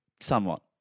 Somewhat